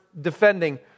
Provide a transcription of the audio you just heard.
defending